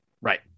Right